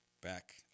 back